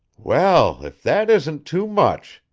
well, if that isn't too much!